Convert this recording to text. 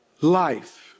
life